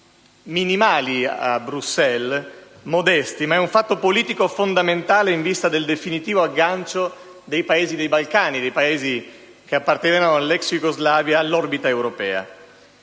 modesti a Bruxelles, ma è un fatto politico fondamentale in vista del definitivo aggancio dei Paesi dei Balcani, che appartenevano all'ex Iugoslavia, all'orbita europea.